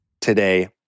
today